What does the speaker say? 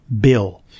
bill